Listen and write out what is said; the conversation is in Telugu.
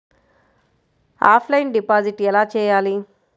ఆఫ్లైన్ డిపాజిట్ ఎలా చేయాలి?